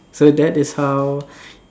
so that is how